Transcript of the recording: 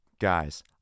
Guys